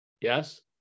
Yes